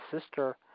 sister